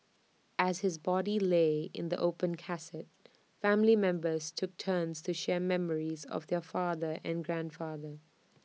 as his body lay in the open casket family members took turns to share memories of their father and grandfather